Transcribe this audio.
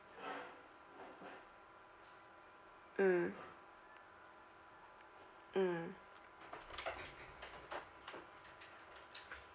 mm mm